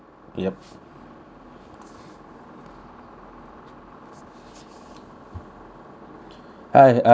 hi I'm